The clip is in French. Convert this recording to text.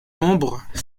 membres